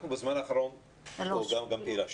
גם תהלה,